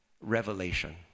revelation